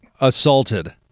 assaulted